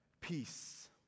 Peace